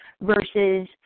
versus